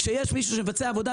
כשיש מישהו שמבצע עבודה,